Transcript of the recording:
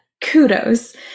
kudos